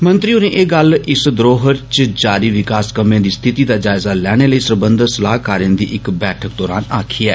मंत्री होरें ए गल्ल इस धरोहर च जारी विकास कम्मे दी स्थिति दा जायजा लैने लेई सरबंधत सलाहकारे दी इक बैठक दौरान आक्खी ऐ